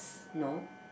no